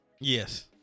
Yes